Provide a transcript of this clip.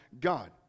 God